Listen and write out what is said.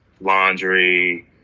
laundry